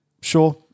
sure